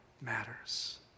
matters